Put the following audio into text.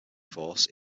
force